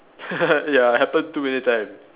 ya happen too many time